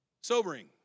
Sobering